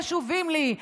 חשובים לי,